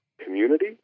community